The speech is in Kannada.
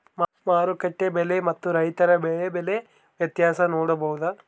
ಮಾರುಕಟ್ಟೆ ಬೆಲೆ ಮತ್ತು ರೈತರ ಬೆಳೆ ಬೆಲೆ ವ್ಯತ್ಯಾಸ ನೋಡಬಹುದಾ?